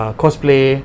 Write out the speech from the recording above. cosplay